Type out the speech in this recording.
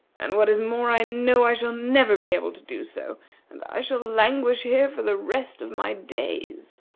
and, what is more, i know i shall never be able to do so and i shall languish here for the rest of my days.